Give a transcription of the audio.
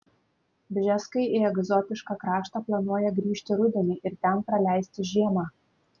bžeskai į egzotišką kraštą planuoja grįžti rudenį ir ten praleisti žiemą